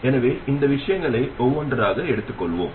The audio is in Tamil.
எனவே இந்த விஷயங்களை ஒவ்வொன்றாக எடுத்துக்கொள்வோம்